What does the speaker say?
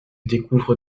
découvre